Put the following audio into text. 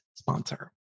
sponsor